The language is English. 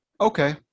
okay